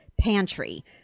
pantry